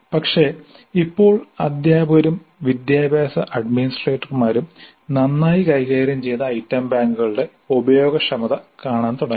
പക്ഷേ ഇപ്പോൾ അധ്യാപകരും വിദ്യാഭ്യാസ അഡ്മിനിസ്ട്രേറ്റർമാരും നന്നായി കൈകാര്യം ചെയ്ത ഐറ്റം ബാങ്കുകളുടെ ഉപയോഗക്ഷമത കാണാൻ തുടങ്ങി